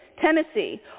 Tennessee